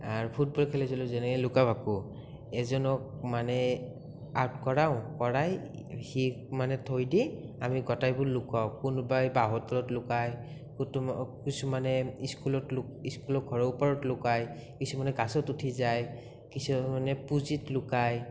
football খেলিছিলোঁ যেনেকে লুকা ভাকু এজনক মানে আৰ্ট কৰাওঁ কৰাই সি মানে থৈ দি আমি গোটাইবোৰ লুকাওঁ কোনোবাই বাঁহৰ তলত লুকায় কিছুমানে স্কুলত স্কুলৰ ঘৰৰ ওপৰত লুকায় কিছুমানে গাছত উঠি যায় কিছুমানে পুজিত লুকায়